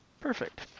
perfect